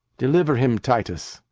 deliver him, titus.